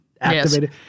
activated